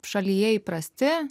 šalyje įprasti